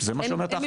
זה מה שאומרת ההחלטה.